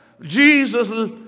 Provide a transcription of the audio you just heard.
Jesus